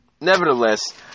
nevertheless